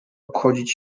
obchodzić